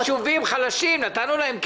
נתנו לישובים חלשים, נתנו להם כסף.